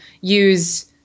use